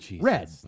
Red